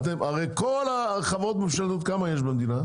הרי כל החברות הממשלתיות כמה יש במדינה?